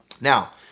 Now